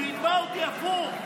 שיתבע אותי, הפוך.